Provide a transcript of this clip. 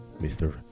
Mr